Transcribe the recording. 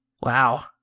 Wow